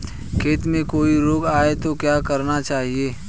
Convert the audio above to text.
खेत में कोई रोग आये तो क्या करना चाहिए?